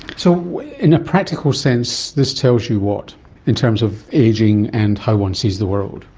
so in a practical sense, this tells you what in terms of ageing and how one sees the world?